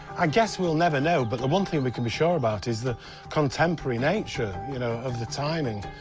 i guess we'll never know, but the one thing we can be sure about is the contemporary nature, you know, of the timing.